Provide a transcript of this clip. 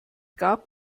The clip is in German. gab